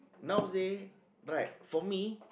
nowadays right for me